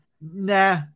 nah